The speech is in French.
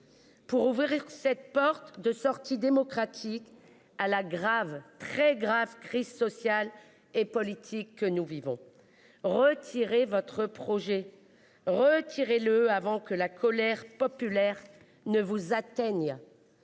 Pour ouvrir cette porte de sortie démocratique à la grave, très grave crise sociale et politique que nous vivons retirez votre projet retiré le avant que la colère populaire ne vous atteigne.